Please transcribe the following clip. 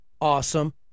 awesome